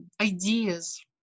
ideas